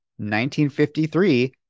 1953